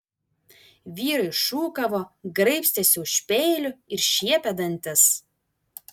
vyrai šūkavo graibstėsi už peilių ir šiepė dantis